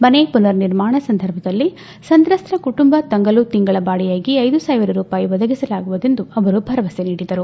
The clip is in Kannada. ಮನೆ ಪುನರ್ ನಿರ್ಮಾಣ ಸಂದರ್ಭದಲ್ಲಿ ಸಂತಸ್ತ ಕುಟುಂಬ ತಂಗಲು ತಿಂಗಳ ಬಾಡಿಯಾಗಿ ಒಂದು ಸಾವಿರ ರೂಪಾಯಿ ಒದಗಿಸಲಾಗುವುದು ಎಂದು ಅವರು ಭರವಸೆ ನೀಡಿದರು